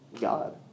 God